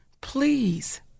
please